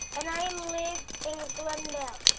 and i live in glendale.